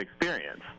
experience